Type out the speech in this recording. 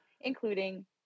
including